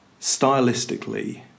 stylistically